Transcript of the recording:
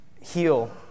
heal